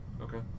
Okay